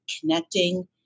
connecting